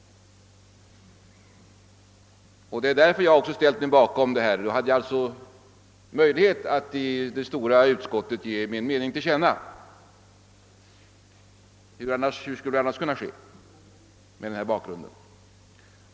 Genom att ställa mig på reservanternas sida fick jag alltså möjlighet att inför det samlade utskottet ge min mening till känna. Hur skulle detta annars ha kunnat ske mot denna bakgrund?